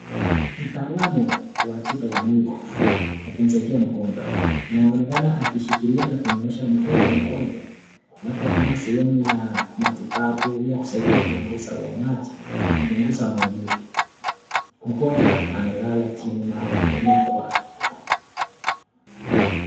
Mtaalamu wa tiba ya mwili akimsaidia mgonjwa anaonekana akimshikilia na kunyoosha mguu wa mgonjwa labda kama sehemu ya matibabu ya kusaidia kuongeza kwa maji na kupunguza maumivu mgonjwa amelala chini na amefunikwa.